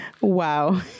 ¡Wow